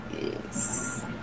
Yes